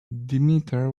demeter